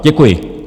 Děkuji.